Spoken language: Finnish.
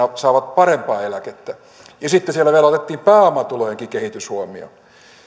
saavat parempaa eläkettä sitten siellä otettiin vielä pääomatulojenkin kehitys huomioon